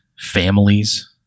Families